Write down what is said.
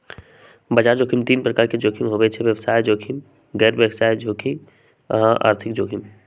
बजार जोखिम तीन प्रकार के होइ छइ व्यवसायिक जोखिम, गैर व्यवसाय जोखिम आऽ आर्थिक जोखिम